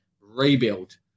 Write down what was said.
Rebuild